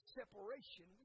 separation